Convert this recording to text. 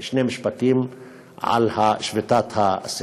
להתייחס בשני משפטים לשביתת האסירים,